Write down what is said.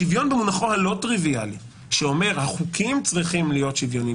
שוויון במונחו הלא טריוויאלי שאומר שהחוקים צריכים להיות שוויוניים,